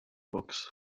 books